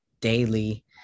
daily